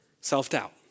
Self-doubt